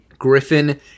Griffin